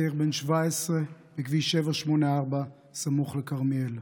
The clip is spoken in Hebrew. צעיר בן 17, בכביש 784 סמוך לכרמיאל.